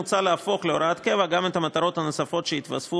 מוצע להפוך להוראת קבע גם את המטרות הנוספות שהתווספו